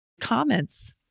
comments